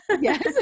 Yes